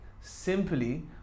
simply